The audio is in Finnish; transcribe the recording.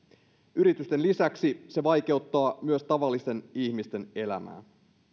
yritysten lisäksi ne vaikeuttavat myös tavallisten ihmisten elämää